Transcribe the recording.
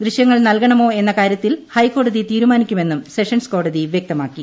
ദൃശ്യങ്ങൾ നൽകണമോ എന്ന കാര്യത്തിൽ ഹൈക്കോടതി തീരുമാനിക്കുമെന്നും സെഷൻസ് കോടതി വൃക്തമാക്കി